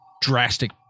drastic